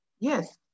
yes